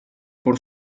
por